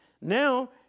Now